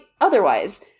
otherwise